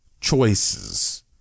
choices